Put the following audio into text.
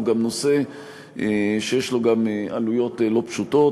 הוא גם נושא שיש לו עלויות לא פשוטות.